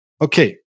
Okay